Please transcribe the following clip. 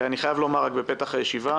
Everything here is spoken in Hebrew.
אני חייב לומר בפתח הישיבה,